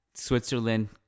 Switzerland